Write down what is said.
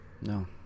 no